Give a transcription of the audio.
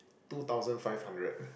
two thousand five hundred